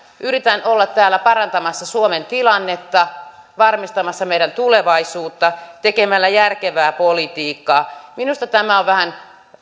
yritän olla täällä parantamassa suomen tilannetta varmistamassa meidän tulevaisuutta tekemällä järkevää politiikkaa minusta tämä keskustelu hallituksen kaatamisesta on vähän